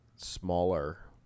smaller